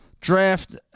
draft